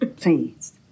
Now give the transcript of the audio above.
Please